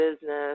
Business